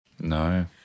No